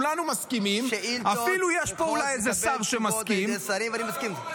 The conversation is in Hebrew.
שאילתות צריכות לקבל תשובות מהשרים, ואני מסכים.